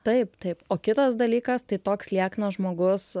taip taip o kitas dalykas tai toks lieknas žmogus